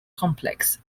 complex